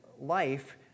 life